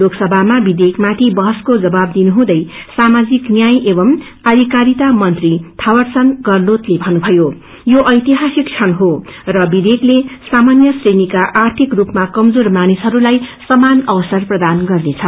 लोकसभामा विषेयकमाथि वहसको जवाब दिनुहुँदै सामाजिक न्याय एवं आधिकारिता मंत्री थावरचंदगढ़लोतले भन्नुभयो यो ऐतिहासिक क्षण हो र विधेयकले सामान्य श्रेणीका आर्थिक रूपमा कमजोर मानिसहरूलाई समान अवसर प्रदान गर्नेछ